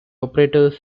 operators